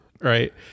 right